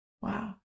Wow